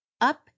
up